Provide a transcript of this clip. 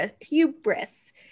Hubris